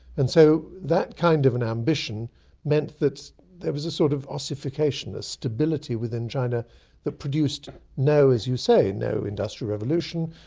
and so that kind of an ambition meant that there was a sort of ossification a stability within china that produced no, as you say, no industrial revolution,